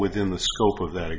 within the scope of th